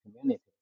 community